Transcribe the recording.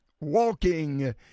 walking